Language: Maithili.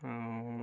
आओर